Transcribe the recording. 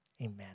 Amen